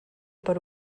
per